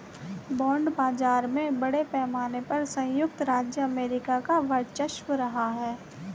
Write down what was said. bond बाजार में बड़े पैमाने पर सयुक्त राज्य अमेरिका का वर्चस्व रहा है